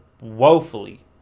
woefully